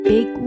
Big